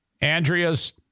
Andrea's